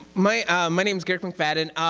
my my name is garrick mcfadden.